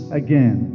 again